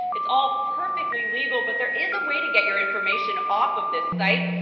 it's all perfectly legal, but there is a way to get your information off of this site.